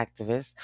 activists